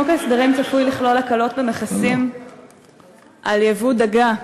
חוק ההסדרים צפוי לכלול הקלות במכסים על ייבוא דגה,